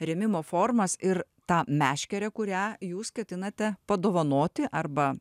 rėmimo formas ir tą meškerę kurią jūs ketinate padovanoti arba